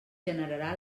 generarà